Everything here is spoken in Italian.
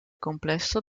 complesso